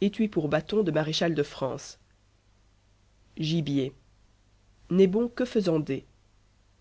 etui pour bâton de maréchal de france gibier n'est bon que faisandé